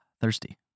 thirsty